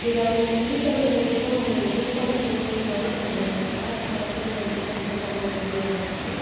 இது அவங்களுக்கு சொல்லித் தர்றது மூலிமா அவங்க எதிர்காலத்துக்கு மட்டும் இல்லாமல் நம்மளோட கலாச்சாரத்துக்கும் வந்து பார்த்திங்கனா ரொம்ப உதவியாக இருக்கும்